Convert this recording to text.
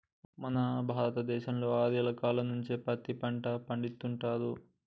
మన భారత దేశంలో ఆర్యుల కాలం నుంచే పత్తి పంట పండిత్తుర్రు